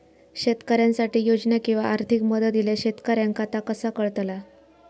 शेतकऱ्यांसाठी योजना किंवा आर्थिक मदत इल्यास शेतकऱ्यांका ता कसा कळतला?